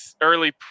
early